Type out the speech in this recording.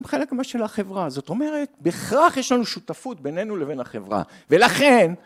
חלק מה... של החברה זאת אומרת בהכרח יש לנו שותפות בינינו לבין החברה ולכן